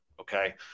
Okay